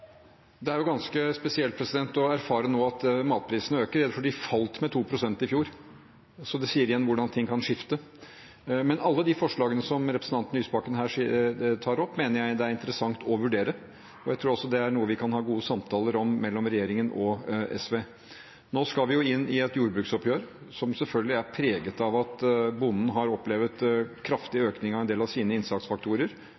Det er ganske spesielt å erfare at matprisene nå øker, for de falt med 2 pst. i fjor. Så det sier igjen hvordan ting kan skifte. Men alle de forslagene som representanten Lysbakken her tar opp, mener jeg det er interessant å vurdere, og jeg tror også det er noe vi kan ha gode samtaler om mellom regjeringen og SV. Nå skal vi inn i et jordbruksoppgjør, som selvfølgelig er preget av at bonden har opplevd en kraftig